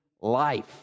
life